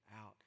out